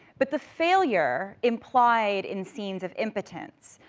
but the failure implied in scenes of impotence,